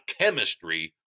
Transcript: chemistry